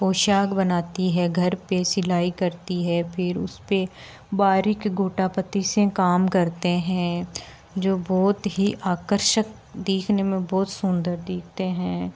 पोशाक बनाती हैं घर पर सिलाई करती हैं फिर उसपर बारीक गोटा पत्ती से काम करती हैं जो बहुत ही आकर्षक देखने में बहुत सुन्दर दिखते हैं